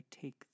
take